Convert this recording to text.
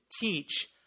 teach